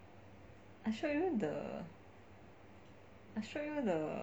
I showed you the I showed you the